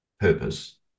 purpose